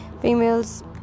females